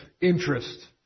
interest